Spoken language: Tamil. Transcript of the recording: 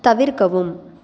தவிர்க்கவும்